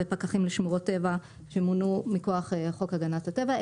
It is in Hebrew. ופקחים לשמורות טבע שמונו מכוח חוק הגנת הטבע.